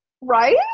Right